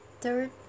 third